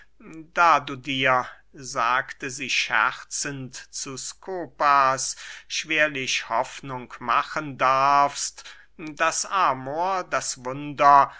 da du dir sagte sie scherzend zu skopas schwerlich hoffnung machen darfst daß amor das wunder